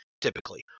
typically